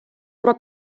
про